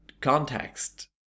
context